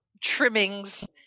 trimmings